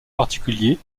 particuliers